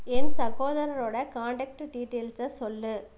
என் சகோதரரோடய காண்டெக்டு டீடெயில்ஸை சொல்லு